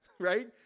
Right